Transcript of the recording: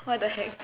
what the heck